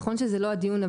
נכון שזה לא הדיון.